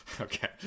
Okay